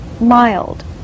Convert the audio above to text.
mild